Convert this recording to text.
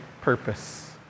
purpose